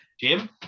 Jim